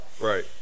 Right